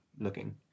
looking